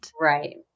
Right